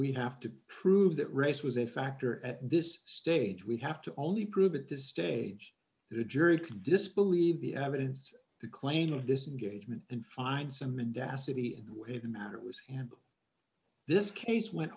we have to prove that race was a factor at this stage we have to only prove at this stage the jury can disbelieve the evidence the claim of this engagement and find some mendacity if the matter was and this case went